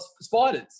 spiders